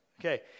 Okay